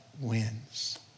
wins